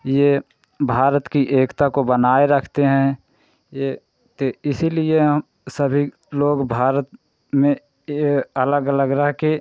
यह भारत की एकता को बनाए रखते हैं यह तो इसीलिए हम सभी लोग भारत में यह अलग अलग रहकर